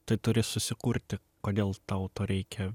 tu turi susikurti kodėl tau to reikia